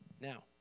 Now